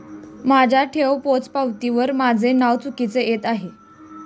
माझ्या ठेव पोचपावतीवर माझे नाव चुकीचे येत आहे